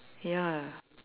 ya